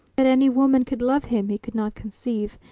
that any woman could love him he could not conceive.